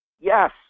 Yes